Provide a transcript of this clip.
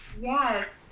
Yes